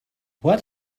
what